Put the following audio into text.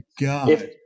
god